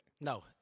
No